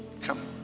Come